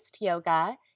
Yoga